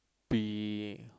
be